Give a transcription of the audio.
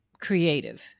creative